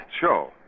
show